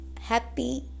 happy